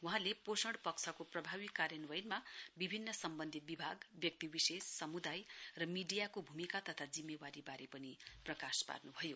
वहाँले पोषण पक्षको प्रभावी कार्यान्वयनमा विभिन्न सम्बन्धित विभाग व्यक्तिविशेष समुदाय र मिडियाको भुमिका तथा जिम्मेवारीको पनि प्रकाश पार्नुभयो